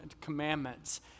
commandments